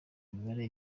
mibare